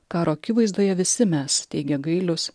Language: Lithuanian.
karo akivaizdoje visi mes teigia gailius